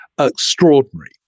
extraordinary